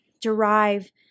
derive